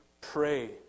pray